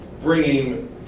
bringing